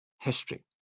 history